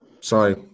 Sorry